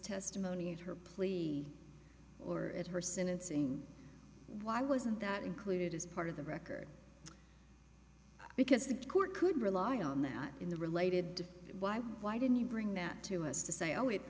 testimony of her plea or at her sentencing why wasn't that included as part of the record because the court could rely on that in the related why why didn't you bring that to us to say oh it